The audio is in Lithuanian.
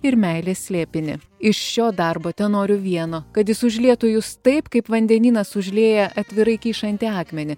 ir meilės slėpinį iš šio darbo tenoriu vieno kad jis užlietų jus taip kaip vandenynas užlieja atvirai kyšantį akmenį